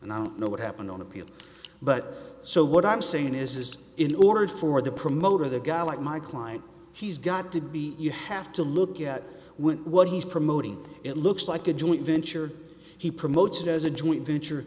and i don't know what happened on appeal but so what i'm saying is in order for the promoter the guy like my client he's got to be you have to look at with what he's promoting it looks like a joint venture he promoted as a joint venture